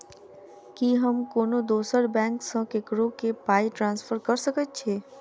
की हम कोनो दोसर बैंक सँ ककरो केँ पाई ट्रांसफर कर सकइत छि?